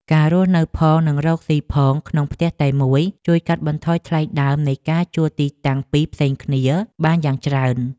ការរស់នៅផងនិងរកស៊ីផងក្នុងផ្ទះតែមួយជួយកាត់បន្ថយថ្លៃដើមនៃការជួលទីតាំងពីរផ្សេងគ្នាបានយ៉ាងច្រើន។